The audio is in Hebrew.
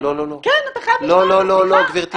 אני לא חברה בוועדה.